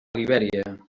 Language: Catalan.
libèria